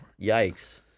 yikes